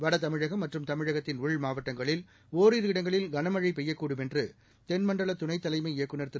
வட தமிழகம் மற்றும் தமிழகத்தின் உள் மாவட்டங்களில் ஓரிரு இடங்களில் கனமழை பெய்யக்கூடும் என்று தென்மண்டல துணைத் தலைமை இயக்குநர் திரு